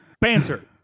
banter